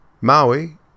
Maui